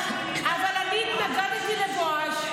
אני התנגדתי לבואש.